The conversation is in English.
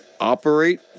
operate